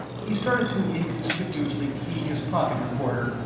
he started to inconspicuously key his pocket recorder,